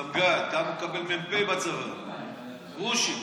סמג"ד, כמה מקבל מ"פ בצבא, גרושים,